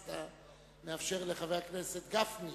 הזדרזת מאפשר לחבר הכנסת גפני